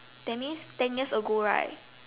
that means ten years ago right